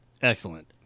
excellent